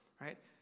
right